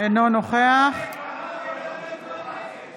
אינו נוכח ווליד,